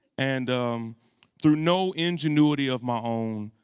and through no ingenuity of my own,